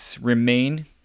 remain